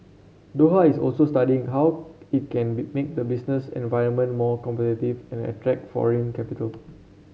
Doha is also studying how it can be make the business environment more competitive and attract foreign capital